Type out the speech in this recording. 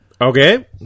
Okay